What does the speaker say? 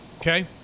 Okay